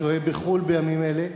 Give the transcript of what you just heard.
השוהה בחו"ל בימים אלה,